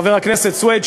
חבר הכנסת סוייד,